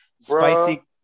spicy